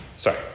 Sorry